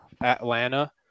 atlanta